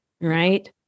right